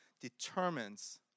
determines